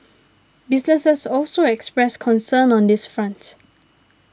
businesses also expressed concern on this front